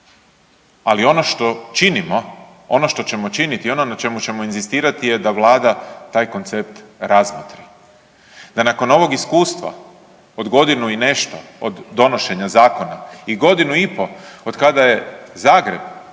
Ali ono što činimo, ono što ćemo činiti i ono na čemu ćemo inzistirati je da vlada taj koncept razmotri, da nakon ovog iskustva od godinu i nešto od donošenja zakona i godinu i po od kada je Zagreb